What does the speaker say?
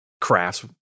crafts